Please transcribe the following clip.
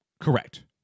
Correct